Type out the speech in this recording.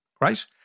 right